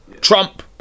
Trump